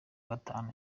gatatu